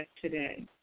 today